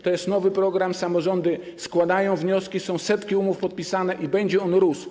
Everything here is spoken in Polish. To jest nowy program, samorządy składają wnioski, są setki umów podpisanych i będzie on rósł.